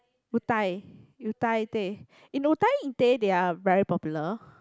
utai utaite in utaite they're very popular